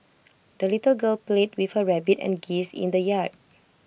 the little girl played with her rabbit and geese in the yard